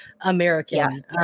American